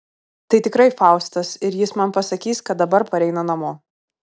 tai tikrai faustas ir jis man pasakys kad dabar pareina namo